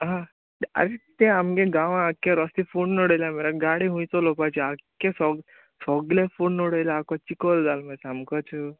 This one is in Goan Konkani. आ आरे ते आमगे गांवां आक्के रोस्ते फोण्ण उडयल्या मरे गाडी हूंय चोलोवपाची आक्कें सोग सोगलें फोन्न उडयलां आक्को चिकोल जाल मरे सामकोच